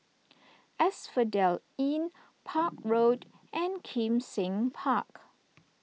Asphodel Inn Park Road and Kim Seng Park